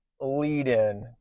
lead-in